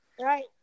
Right